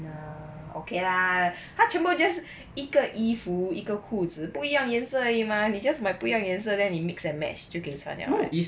ya okay ah 他全部都是一个衣服一个裤子不一样颜色而已嘛你 just 买不一样颜色 then 你 mix and match 就可以穿了 right